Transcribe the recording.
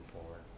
forward